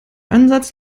ansatz